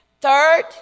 Third